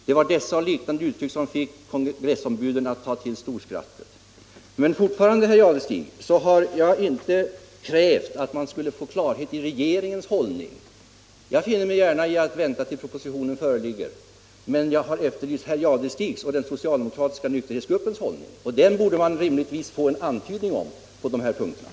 Det var dessa och liknande uttryck som fick kongressombuden att ta till storskrattet.” Jag har inte krävt, herr Jadestig, att vi skulle få klarhet beträffande regeringens hållning — jag finner mig gärna i att vänta tills propositionen föreligger — men jag har efterlyst herr Jadestigs och den socialdemokratiska nykterhetsgruppens hållning på de här punkterna. Den borde vi rimligtvis få en antydan om.